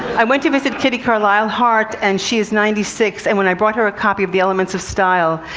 i went to visit kitty carlisle hart, and she is ninety six, and when i brought her a copy of the elements of style,